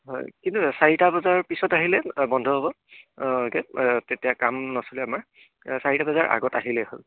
হয় কিন্তু চাৰিটা বজাৰ পিছত আহিলে বন্ধ তেতিয়া কাম নচলে আমাৰ চাৰিটা বজাৰ আগত আহিলেই হ'ল